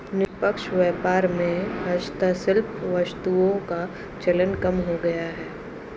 निष्पक्ष व्यापार में हस्तशिल्प वस्तुओं का चलन कम हो गया है